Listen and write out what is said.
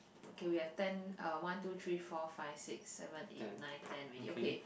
okay we have ten uh one two three four five six seven eight nine ten already okay